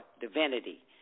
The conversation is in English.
divinity